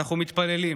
אנחנו מתפללים,